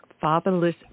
Fatherless